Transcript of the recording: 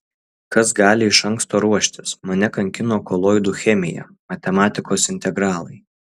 kas gali iš anksto ruoštis mane kankino koloidų chemija matematikos integralai